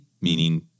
meaning